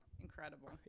incredible